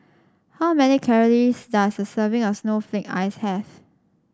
how many calories does a serving of Snowflake Ice have